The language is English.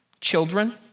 Children